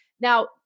Now